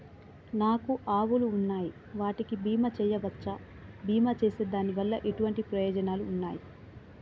నాకు ఆవులు ఉన్నాయి వాటికి బీమా చెయ్యవచ్చా? బీమా చేస్తే దాని వల్ల ఎటువంటి ప్రయోజనాలు ఉన్నాయి?